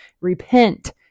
Repent